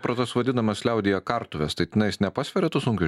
pro tas vadinamas liaudyje kartuves tai tenais nepasveria tų sunkvežių